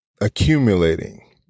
accumulating